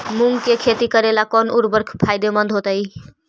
मुंग के खेती करेला कौन उर्वरक फायदेमंद होतइ?